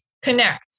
connect